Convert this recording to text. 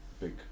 big